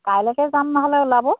কাইলৈকে যাম নহ'লে ওলাব